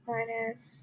Minus